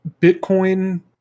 Bitcoin